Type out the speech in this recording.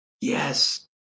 Yes